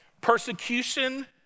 persecution